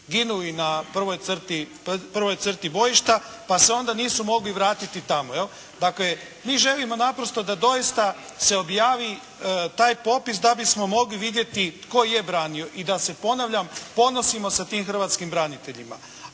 ginuli na prvoj crti bojišta, pa se onda nisu mogli vratiti tamo. Dakle, mi želimo naprosto da doista se objavi taj popis da bismo mogli vidjeti tko je branio i da se ponavljam, ponosimo sa tim hrvatskim braniteljima.